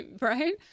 right